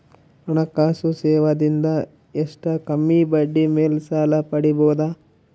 ಹಣಕಾಸು ಸೇವಾ ದಿಂದ ಎಷ್ಟ ಕಮ್ಮಿಬಡ್ಡಿ ಮೇಲ್ ಸಾಲ ಪಡಿಬೋದ?